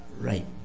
Right